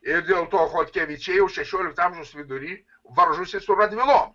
ir dėl to chodkevičiai jau šešiolikto amžiaus vidury varžosi su radvilom